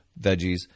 veggies